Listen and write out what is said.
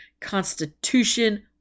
constitution